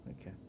okay